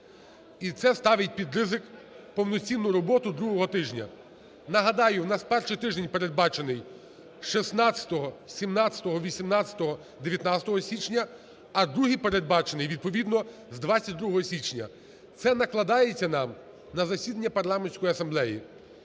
І це ставить під ризик повноцінну роботу другого тижня. Нагадаю, у нас перший тиждень передбачений 16, 17, 18, 19 січня, а другий передбачений відповідно з 22 січня. Це накладається нам на засідання Парламентської асамблеї.